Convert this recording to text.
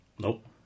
Nope